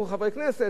הם היו יותר מזה.